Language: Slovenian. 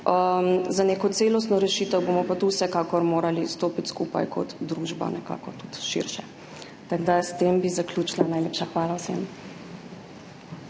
Za neko celostno rešitev bomo pa tu vsekakor morali stopiti skupaj kot družba, tudi širše. S tem bi zaključila, najlepša hvala vsem.